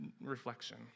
reflection